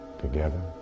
Together